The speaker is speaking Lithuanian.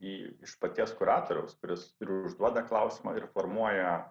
į iš paties kuratoriaus kuris ir užduoda klausimą ir formuoja